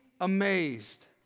amazed